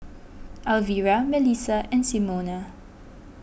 Alvira Mellisa and Simona